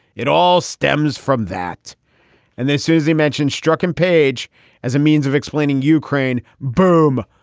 it all stems from that and then suzy mentioned struck and paige as a means of explaining ukraine boom.